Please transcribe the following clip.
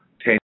ten